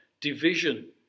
division